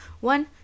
one